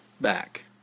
back